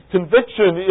Conviction